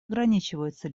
ограничивается